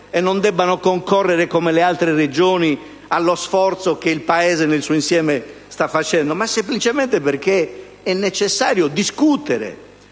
e non debbano concorrere come le altre Regioni allo sforzo che il Paese nel suo insieme sta facendo, ma semplicemente perché è necessario discutere